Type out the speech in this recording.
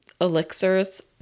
elixirs